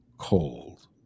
Cold